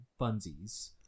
funsies